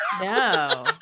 No